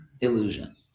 illusion